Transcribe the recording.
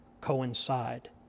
coincide